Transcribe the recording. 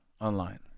online